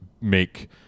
make